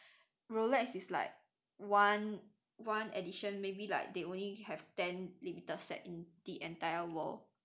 rolex is like one one edition maybe like they only have ten limited set in the entire world